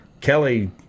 Kelly